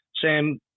sam